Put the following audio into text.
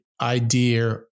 idea